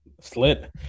Slit